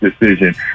decision